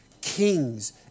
kings